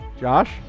Josh